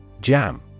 Jam